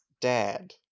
dad